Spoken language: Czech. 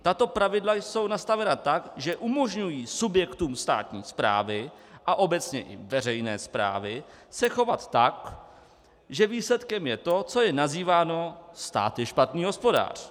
Tato pravidla jsou nastavena tak, že umožňují subjektům státní správy a obecně i veřejné správy se chovat tak, že výsledkem je to, co je nazýváno: stát je špatný hospodář.